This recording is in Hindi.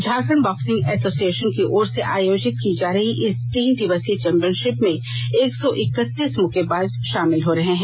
झारखंड बॉक्सिंग एसोसिएशन की ओर से आयोजित की जा रही इस तीन दिवसीय वैंपियनशिप में एक सौ इकतीस मुक्केबाज शामिल हो रहे हैं